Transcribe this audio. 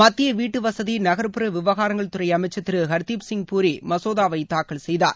மத்திய வீட்டு வசதி நகர்ப்புற விவகாரங்கள் துறை அமைச்சர் திரு ஹர்தீப் சிங் பூரி மசோதாவை தாக்கல் செய்தார்